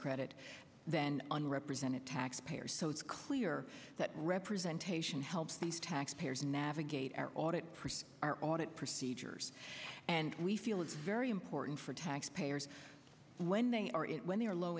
credit than an represented taxpayer so it's clear that representation helps these taxpayers navigate our audit our audit procedures and we feel it's very important for taxpayers when they are it when they are low